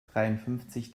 dreiundfünfzig